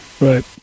Right